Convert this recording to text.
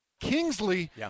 Kingsley